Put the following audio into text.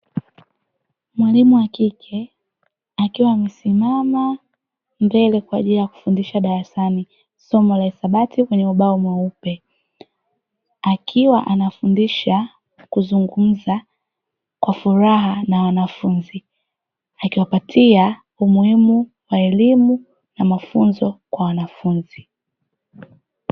Mwalimu wakike akiwa amesimama mbele kwaajili ya kufundisha darasani somo la hisabati kwenye ubao mweupe akiwa anafundisha kuzungumza kwa furaha na wanafunzi akiwapatia umuhimu wa elimu na mafunzo kwa wanafunzi.